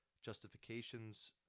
Justifications